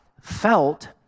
felt